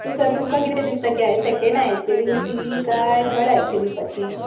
नू सर तुमकां कितें दिसता की हांवे सॅकँड आय एस ए दिवची काय थर्ड आय एस ए दिवपाची